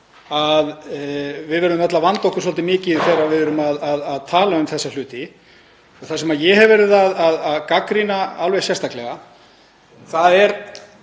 að við verðum öll að vanda okkur svolítið mikið þegar við erum að tala um þessa hluti. Það sem ég hef verið að gagnrýna alveg sérstaklega er